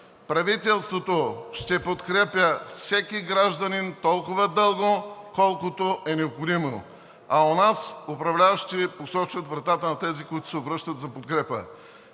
„Правителството ще подкрепя всеки гражданин толкова дълго, колкото е необходимо.“ А у нас управляващите посочват вратата на тези, които се обръщат за подкрепа.